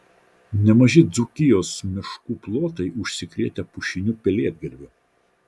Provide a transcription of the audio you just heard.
nemaži dzūkijos miškų plotai užsikrėtę pušiniu pelėdgalviu